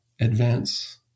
advance